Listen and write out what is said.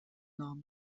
نام